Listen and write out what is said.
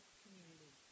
community